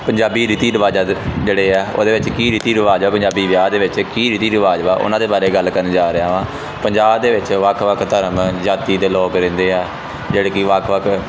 ਪੰਜਾਬੀ ਰੀਤੀ ਰਿਵਾਜਾਂ ਦੇ ਜਿਹੜੇ ਆ ਉਹਦੇ ਵਿੱਚ ਕੀ ਰੀਤੀ ਰਿਵਾਜ ਆ ਪੰਜਾਬੀ ਵਿਆਹ ਦੇ ਵਿੱਚ ਕੀ ਰੀਤੀ ਰਿਵਾਜ ਵਾ ਉਹਨਾਂ ਦੇ ਬਾਰੇ ਗੱਲ ਕਰਨ ਜਾ ਰਿਹਾ ਵਾਂ ਪੰਜਾਬ ਦੇ ਵਿੱਚ ਵੱਖ ਵੱਖ ਧਰਮ ਜਾਤੀ ਦੇ ਲੋਕ ਰਹਿੰਦੇ ਆ ਜਿਹੜੇ ਕਿ ਵੱਖ ਵੱਖ